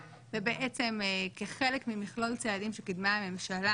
ובעצם כחלק ממכלול צעדים שקידמה הממשלה